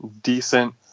decent